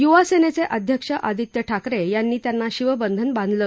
युवासेनेचे अध्यक्ष आदित्य ठाकरे यांनी त्यांना शिवबंधन बांधलं